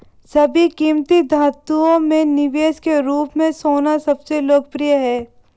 सभी कीमती धातुओं में निवेश के रूप में सोना सबसे लोकप्रिय है